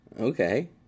Okay